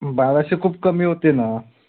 बाराशे खूप कमी होते ना